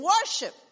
worship